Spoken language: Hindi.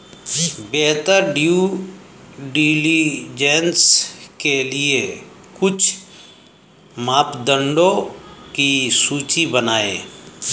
बेहतर ड्यू डिलिजेंस के लिए कुछ मापदंडों की सूची बनाएं?